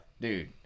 Dude